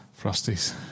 Frosties